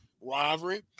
rivalry